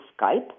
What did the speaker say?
skype